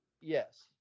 Yes